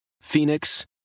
Phoenix